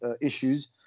issues